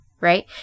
Right